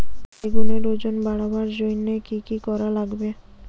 বেগুনের ওজন বাড়াবার জইন্যে কি কি করা লাগবে?